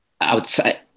outside